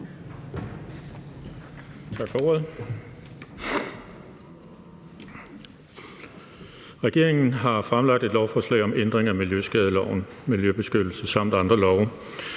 Regeringen har fremsat et lovforslag om ændring af miljøskadeloven, miljøbeskyttelsesloven samt andre love.